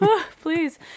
please